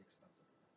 Expensive